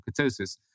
ketosis